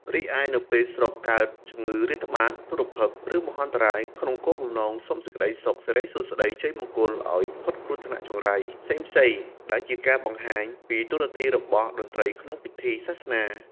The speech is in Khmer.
រីឯនៅពេលស្រុកកើតជំងឺរាតត្បាត ទុរភិក្ស ឬមហន្តរាយក្នុងគោលបំណងសូមសេចក្តីសុខសិរីសួស្តីជ័យមង្គលឲ្យផុតគ្រោះថ្នាក់ចង្រៃផ្សេងៗដែលជាការបង្ហាញពីតួនាទីរបស់តន្ត្រីក្នុងពិធីសាសនា។